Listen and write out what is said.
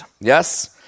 Yes